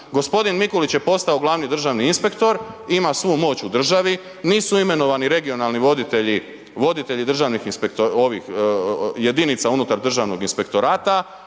Gospodin Mikulić je postao glavni državni inspektor, ima svu moć u državi, nisu imenovani regionalni voditelji državnih jedinica unutar državnog inspektorata,